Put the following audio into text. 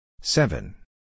Seven